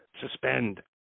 suspend